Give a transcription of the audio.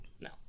No